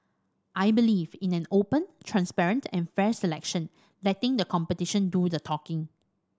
I believe in an open transparent and fair selection letting the competition do the talking